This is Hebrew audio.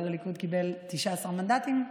אבל הליכוד קיבל 19 מנדטים.